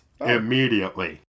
immediately